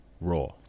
Raw